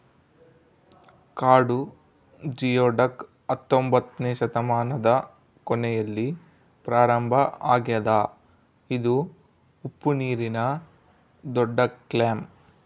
ಕಾಡು ಜಿಯೊಡಕ್ ಹತ್ತೊಂಬೊತ್ನೆ ಶತಮಾನದ ಕೊನೆಯಲ್ಲಿ ಪ್ರಾರಂಭ ಆಗ್ಯದ ಇದು ಉಪ್ಪುನೀರಿನ ದೊಡ್ಡಕ್ಲ್ಯಾಮ್